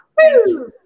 Woo